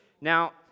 Now